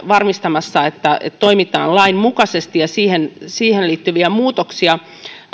varmistamassa että toimitaan lain mukaisesti ja siihen siihen liittyviä muutoksia